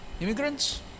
Immigrants